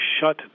shut